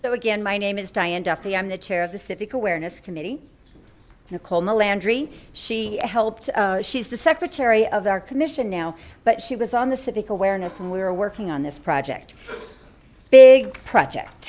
so again my name is diane duffy i'm the chair of the civic awareness committee nicole melandri she helped she's the secretary of our commission now but she was on the civic awareness when we were working on this project big project